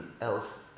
else